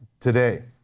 Today